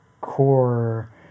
core